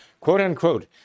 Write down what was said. quote-unquote